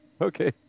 Okay